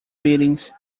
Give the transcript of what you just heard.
meetings